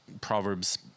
Proverbs